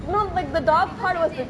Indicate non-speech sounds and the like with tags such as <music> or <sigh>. <noise> like the dog part was le~